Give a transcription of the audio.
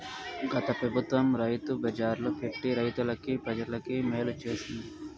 గత పెబుత్వం రైతు బజార్లు పెట్టి రైతులకి, ప్రజలకి మేలు చేసింది